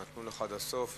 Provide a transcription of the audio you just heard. הנה נתנו לך עד הסוף,